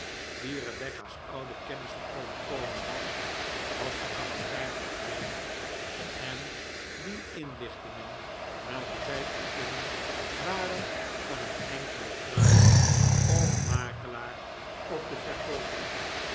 die rebecca's oude kennissen overkomen was was de kapitein verdwenen en die inlichtingen welke zij ontvingen waren van een enkelen kruier of makelaar op de verkooping